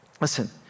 listen